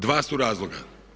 Dva su razloga.